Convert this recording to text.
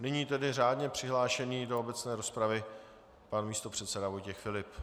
Nyní tedy řádně přihlášený do obecné rozpravy pan místopředseda Vojtěch Filip.